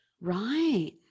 Right